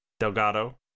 Delgado